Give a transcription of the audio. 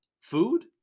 food